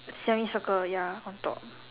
semicircle ya on top